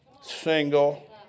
single